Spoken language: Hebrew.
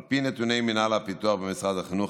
על פי נתוני מינהל הפיתוח במשרד החינוך,